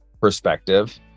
perspective